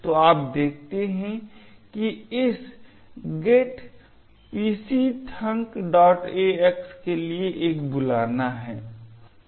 तो आप देखते हैं कि इस getpcthunkax के लिए एक बुलाना है